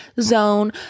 zone